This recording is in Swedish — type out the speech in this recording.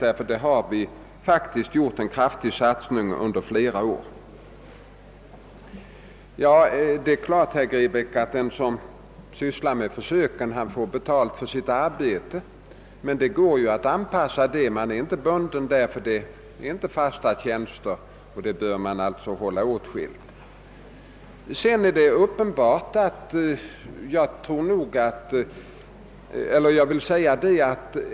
Vi har ju i verkligheten gjort en kraftig satsning under några år nu. Det är klart, herr Grebäck, att den som sysslar med försöksverksamheten får betalt för sitt arbete. Dessutom går det ju att anpassa sig — eftersom det inte är fråga om fasta tjänster är man inte bunden.